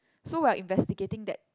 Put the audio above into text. so while investigating that